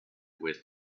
with